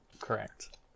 Correct